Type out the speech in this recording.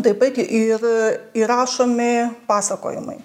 taip pat ir įrašomi pasakojimai